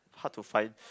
hard to find